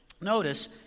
Notice